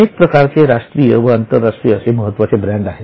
अनेक प्रकारचे राष्ट्रीय व आंतरराष्ट्रीय असे महत्त्वाचे ब्रँड आहेत